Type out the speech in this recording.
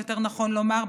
יותר נכון לומר,